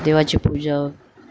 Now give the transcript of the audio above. देवाची पूजा